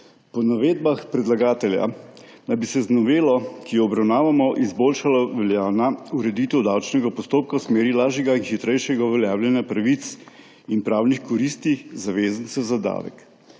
Po navedbah predlagatelja bi se z novelo, ki jo obravnavamo, izboljšala veljavna ureditev davčnega postopka v smeri lažjega in hitrejšega uveljavljanja pravic in pravnih koristi zavezancev za davek.